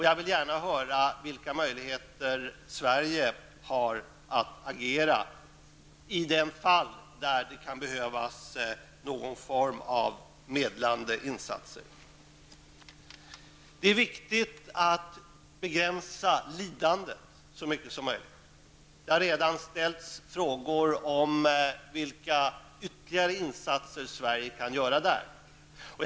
Jag vill gärna höra vad utrikesministern anser om vilka möjligheter Sverige har att agera i det fall det kan behövas någon form av medlande insatser. Det är viktigt att så mycket som möjligt begränsa lidandet. Det har redan ställts frågor om vilka ytterligare insatser Sverige kan göra i det avseendet.